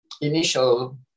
initial